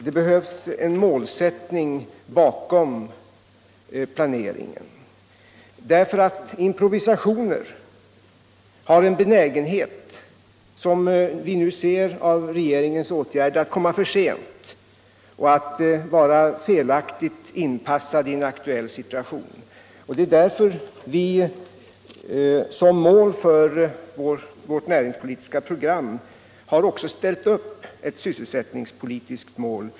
Det behövs en målsättning bakom planeringen Om åtgärder mot och inte bara improvisation. Som vi nu sett har regeringens åtgärder = ungdomsarbetslösen benägenhet att komma för sent och vara felaktigt inpassade i kon = heten junkturförloppet. Det är därför vi i vårt näringspolitiska program också har ställt upp ett sysselsättningspolitiskt mål.